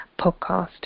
podcast